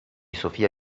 sofia